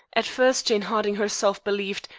at first jane harding herself believed,